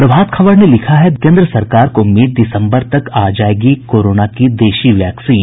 प्रभात खबर ने लिखा है केंद्र सरकार को उम्मीद दिसंबर तक आ जायेगी कोरोना की देशी वैक्सीन